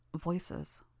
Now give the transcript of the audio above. Voices